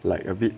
like a bit